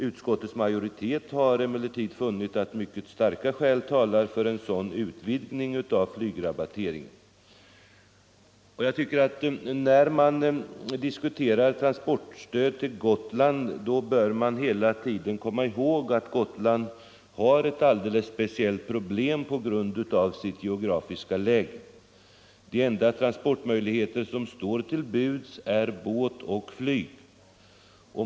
Utskottets majoritet har emellertid funnit att mycket starka skäl talar för en sådan utvidgning av flygrabatteringen. När man diskuterar transportstödet till Gotland tycker jag att man hela tiden skall komma ihåg att Gotland har ett alldeles speciellt problem på grund av sitt geografiska läge. De enda transportmöjligheter som står till buds är båt och flyg.